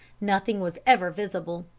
nothing was ever visible.